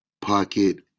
Pocket